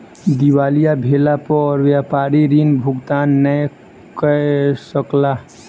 दिवालिया भेला पर व्यापारी ऋण भुगतान नै कय सकला